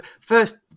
First